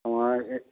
ஆமாம்